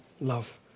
love